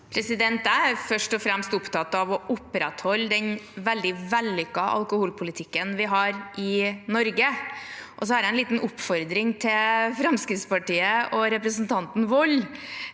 Jeg er først og fremst opptatt av å opprettholde den veldig vellykkede alkoholpolitikken vi har i Norge. Jeg har også en liten oppfordring til Fremskrittspartiet og representanten Wold: